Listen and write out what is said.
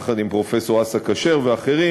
יחד עם פרופסור אסא כשר ואחרים,